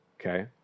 Okay